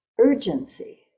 urgency